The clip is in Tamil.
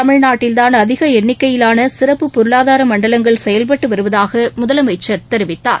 தமிழ்நாட்டில்தான் அதிக எண்ணிக்கையிலான சிறப்பு பொருளாதார மண்டலங்கள் செயல்பட்டு வருவதாக முதலமைச்சர் தெரிவித்தார்